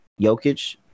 Jokic